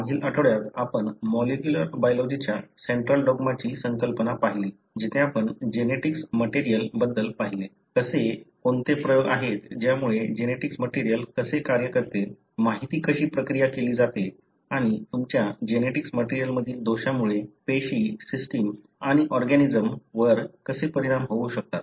मागील आठवड्यात आपण मॉलिक्युलर बायलॉजिच्या सेंट्रल डॉग्माची संकल्पना पाहिली जिथे आपण जेनेटिक्स मटेरियल बद्दल पाहिले कसे कोणते प्रयोग आहेत ज्यामुळे जेनेटिक्स मटेरियल कसे कार्य करते माहिती कशी प्रक्रिया केली जाते आणि तुमच्या जेनेटिक्स मटेरियल मधील दोषामुळे पेशी सिस्टम आणि ऑर्गॅनिजम वर कसे परिणाम होऊ शकतात